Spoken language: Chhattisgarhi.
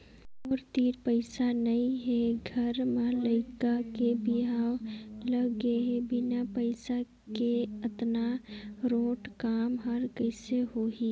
मोर तीर पइसा नइ हे घर म लइका के बिहाव लग गे हे बिना पइसा के अतना रोंट काम हर कइसे होही